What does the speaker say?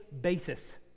basis